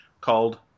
called